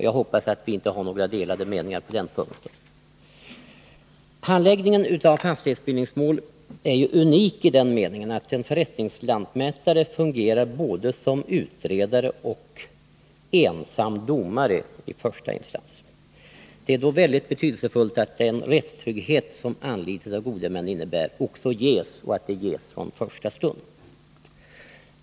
Jag hoppas att vi inte har några delade meningar på den punkten. Handläggningen av fastighetsbildningsmål är unik i den meningen att en förrättningslantmätare fungerar både som utredare och som ensam domare i första instans. Det är då väldigt betydelsefullt att den rättstrygghet som anlitande av gode män innebär också ges och att den ges från första stund.